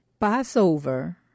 Passover